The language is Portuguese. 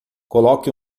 coloque